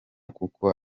kuko